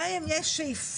גם אם יש שאיפה,